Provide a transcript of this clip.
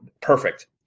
perfect